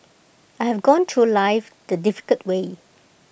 I have gone through life the difficult way